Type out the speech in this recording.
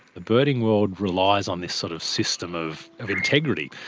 the birding world relies on this sort of system of of integrity,